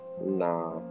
Nah